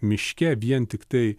miške vien tiktai